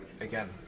again